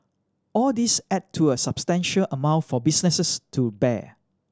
all these add to a substantial amount for businesses to bear